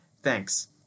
Thanks